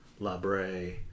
Labre